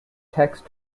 text